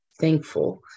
thankful